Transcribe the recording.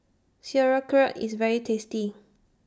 Sauerkraut IS very tasty